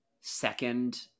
second